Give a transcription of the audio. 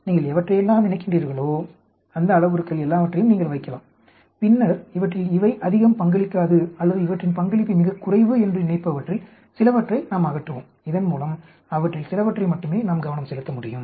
நீங்கள் எவற்றையெல்லாம் நினைகின்றீர்களோ அந்த அளவுருக்கள் எல்லாவற்றையும் நீங்கள் வைக்கலாம் பின்னர் இவற்றில் இவை அதிகம் பங்களிக்காது அல்லது இவற்றின் பங்களிப்பு மிகக் குறைவு என்று நினைப்பவற்றில் சிலவற்றை நாம் அகற்றுவோம் இதன் மூலம் அவற்றில் சிலவற்றில் மட்டுமே நாம் கவனம் செலுத்த முடியும்